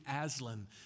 Aslan